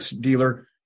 dealer